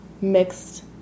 mixed